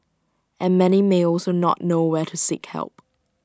and many may also not know where to seek help